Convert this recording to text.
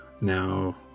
Now